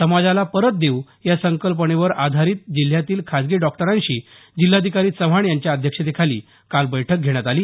समाजाला परत देऊ या संकल्पनेवर आधारीत जिल्ह्यातील खासगी डॉक्टरांशी जिल्हाधिकारी चव्हाण यांच्या अध्यक्षतेखाली काल बैठक घेण्यात आली